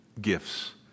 gifts